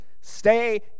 stay